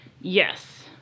Yes